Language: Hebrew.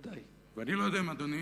אני לא יודע אם אדוני